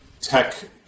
tech